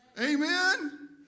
Amen